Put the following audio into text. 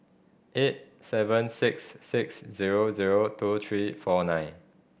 eight seven six six zero zero two three four nine